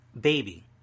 Baby